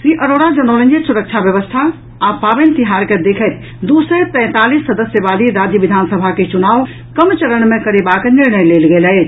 श्री अरोड़ा जनौलनि जे सुरक्षा व्यवस्था आ पावनि तिहार के देखैत दू सय तैंतालीस सदस्य बाली राज्य विधानसभा के चुनाव कम चरण मे करयबाक निर्णय लेल गेल अछि